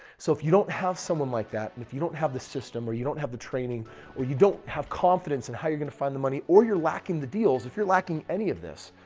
so, if you don't have someone like that and if you don't have the system or you don't have the training or you don't have confidence and how you're going to find the money or you're lacking the deals, if you're lacking any of this,